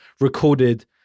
Recorded